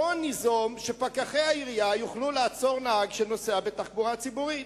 בוא ניזום שפקחי העירייה יוכלו לעצור נהג שנוסע בנתיב תחבורה ציבורית.